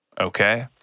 Okay